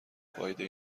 فایده